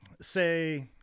say